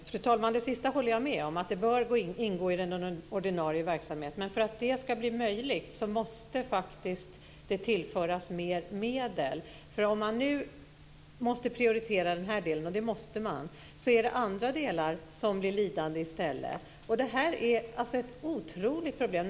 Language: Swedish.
Fru talman! Det sista håller jag med om - det bör ingå i den ordinarie verksamheten. Men för att det ska bli möjligt måste det faktiskt tillföras mer medel. Om man nu måste prioritera den här delen - och det måste man - är det andra delar som blir lidande i stället. Det här är ett otroligt problem.